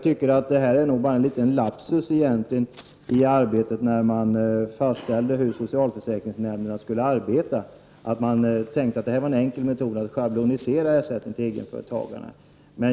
Det var nog bara en lapsus i arbetet när det fastställdes hur socialförsäkringsnämnderna skulle arbeta, att man tyckte att det var en enkel metod att schablonisera ersättningen till egenföretagarna.